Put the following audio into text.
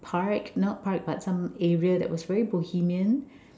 park not park and some areas that was very Bohemian